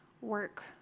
work